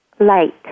Light